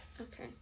Okay